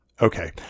Okay